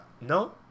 No